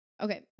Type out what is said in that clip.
Okay